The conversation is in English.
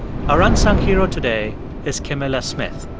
our unsung hero today is camilla smith.